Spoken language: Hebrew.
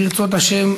ברצות השם,